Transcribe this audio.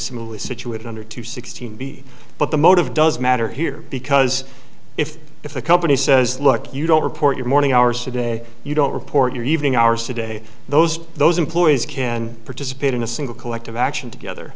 similarly situated under two sixteen b but the motive does matter here because if if the company says look you don't report your morning hours today you don't report your evening hours today those those employees can participate in a single collective action together